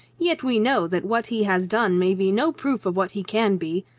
yet we know that what he has done may be no proof of what he can be.